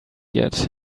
yet